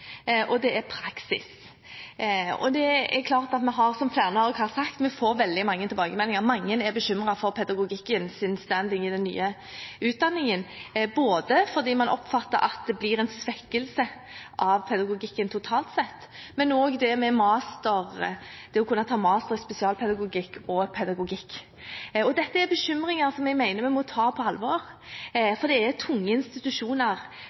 for pedagogikkens standing i den nye utdanningen fordi man oppfatter at det blir en svekkelse av pedagogikken totalt sett, men også det å kunne ta master i spesialpedagogikk og pedagogikk. Dette er bekymringer som jeg mener vi må ta på alvor, for det er tunge institusjoner